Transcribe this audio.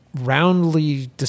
roundly